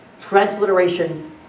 Transliteration